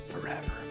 forever